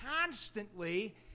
constantly